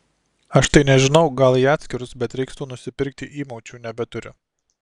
aš tai nežinau gal į atskirus bet reiks tų nusipirkti įmaučių nebeturiu